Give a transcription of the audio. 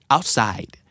Outside